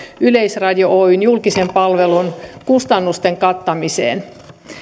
yleisradio oyn julkisen palvelun kustannusten kattamiseen